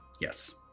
Yes